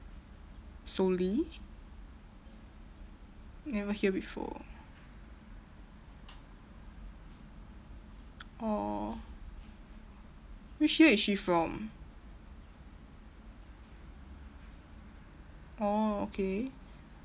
suli never hear before orh which year is she from oh okay